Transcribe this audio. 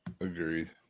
Agreed